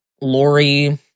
Lori